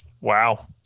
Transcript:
Wow